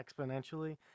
exponentially